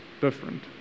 different